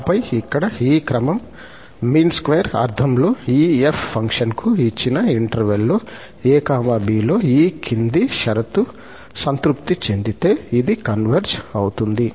ఆపై ఇక్కడ ఈ క్రమం మీన్ స్క్వేర్ అర్థంలో ఈ 𝑓 ఫంక్షన్కు ఇచ్చిన ఇంటర్వెల్ లో𝑎 𝑏 లో ఈ కింది షరతు సంతృప్తి చెందితే ఇది కన్వర్జ్ అవుతుంది